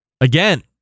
again